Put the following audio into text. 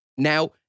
Now